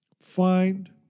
find